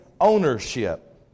ownership